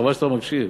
חבל שאתה לא מקשיב,